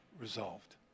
resolved